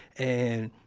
and,